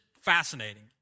fascinating